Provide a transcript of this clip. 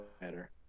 better